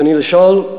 ברצוני לשאול,